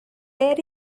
there